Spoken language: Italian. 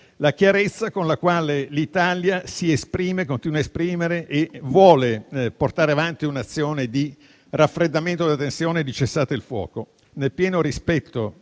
la chiarezza con la quale l'Italia continua a esprimersi e vuole portare avanti un'azione di raffreddamento della tensione e cessate il fuoco, nel pieno rispetto